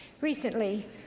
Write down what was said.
Recently